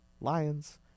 Lions